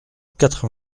quatre